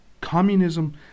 Communism